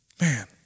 Man